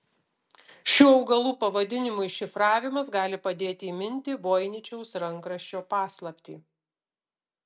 šių augalų pavadinimų iššifravimas gali padėti įminti voiničiaus rankraščio paslaptį